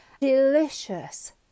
delicious